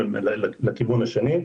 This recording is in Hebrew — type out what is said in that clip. הוא לכיוון השני,